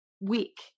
week